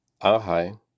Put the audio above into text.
Ahai